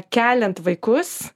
keliant vaikus